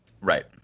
right